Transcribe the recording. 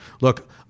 look